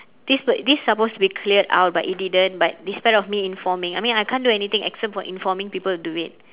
this per~ this is supposed to be clear out but it didn't but despite of me informing I mean I can't do anything except for informing people to do it